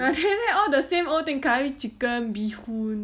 but then right all the same old thing curry chicken bee hoon